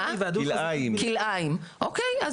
בסדר.